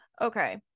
Okay